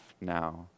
now